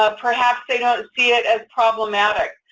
ah perhaps they don't see it as problematic.